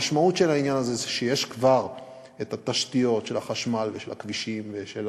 המשמעות של העניין הזה היא שיש כבר את התשתיות של החשמל ושל הכבישים ושל